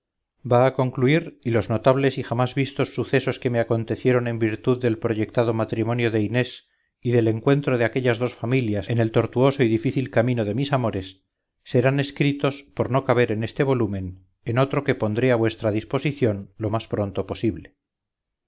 va a concluir y los notables y jamás vistos sucesos que me acontecieron en virtud del proyectado matrimonio de inés y del encuentro de aquellas dos familias en el tortuoso y difícil camino de mis amores serán escritos por no caber en este volumen en otro que pondré a vuestra disposición lo más pronto posible